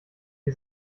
die